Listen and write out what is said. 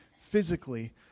physically